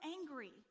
angry